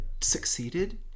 succeeded